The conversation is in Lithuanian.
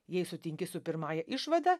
jei sutinki su pirmąja išvada